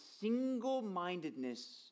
single-mindedness